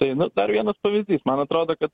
tai nu dar vienas pavyzdys man atrodo kad